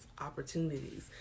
opportunities